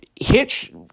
Hitch